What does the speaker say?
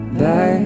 back